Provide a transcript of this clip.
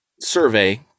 survey